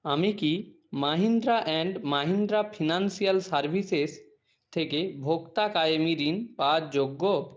আমি কি Mahindra and Mahindra financial services থেকে ভোক্তা কায়েমী ঋণ পাওয়ার যোগ্য